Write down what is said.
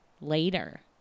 later